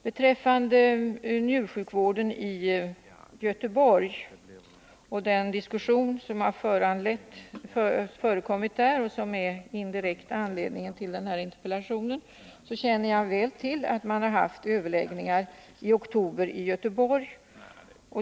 Beträffande njursjukvården i Göteborg och den diskussion som har förekommit där och som är den indirekta anledningen till Kurt Hugossons interpellation så känner jag väl till att man i oktober hade överläggningar i Göteborg.